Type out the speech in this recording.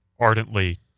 Ardently